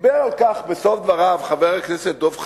דיבר על כך בסוף דבריו חבר הכנסת דב חנין,